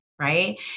right